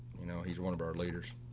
you know, he's one of our leaders.